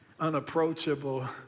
unapproachable